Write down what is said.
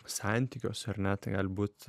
santykiuose ar ne tai gali būt